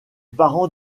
parents